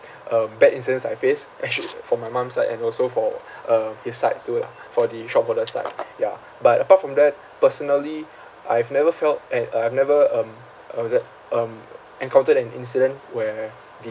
um bad incidents I faced actually for my mum side and also for um his side too uh for the shop holder side ya but apart from that personally I've never felt and I've never um uh what's that um encountered an incident where the